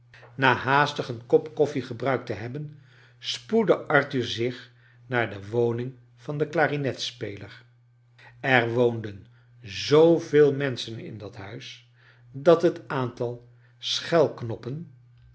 na haastig een kop koffie gebruikt te hebben spoedde arthur zich naar de woning van den clarinetspeler er woonden zooveel menschen in dat huio dat het aantal